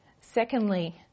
Secondly